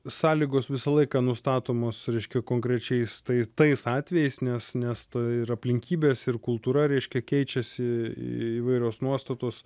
sąlygos visą laiką nustatomos reiškia konkrečiais tai tais atvejais nes nes tai ir aplinkybės ir kultūra reiškia keičiasi į įvairios nuostatos